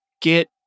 get